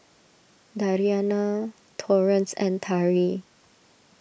Dariana Torrance and Tari